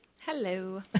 Hello